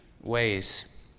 ways